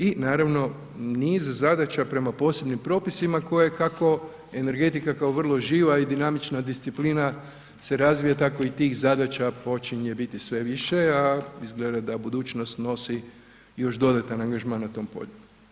I naravno, niz zadaća prema posebnim propisima koje kako energetika kao vrlo živa i dinamična disciplina se razvija, tako i tih zadaća počinje biti sve više a izgleda da budućnost nosi još dodatan angažman na tom polju.